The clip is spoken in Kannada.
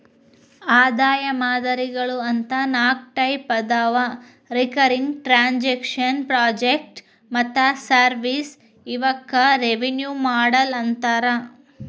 ಆದಾಯ ಮಾದರಿಗಳು ಅಂತ ನಾಕ್ ಟೈಪ್ ಅದಾವ ರಿಕರಿಂಗ್ ಟ್ರಾಂಜೆಕ್ಷನ್ ಪ್ರಾಜೆಕ್ಟ್ ಮತ್ತ ಸರ್ವಿಸ್ ಇವಕ್ಕ ರೆವೆನ್ಯೂ ಮಾಡೆಲ್ ಅಂತಾರ